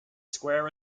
square